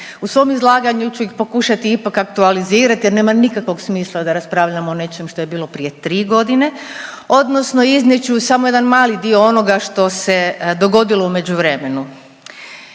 u svom izlaganju ću ih ipak aktualizirati jer nema nikakvog smisla da raspravljamo o nečem što je bilo prije tri godine odnosno iznijet ću samo jedan mali dio onoga što se dogodilo u međuvremenu.